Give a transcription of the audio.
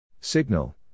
Signal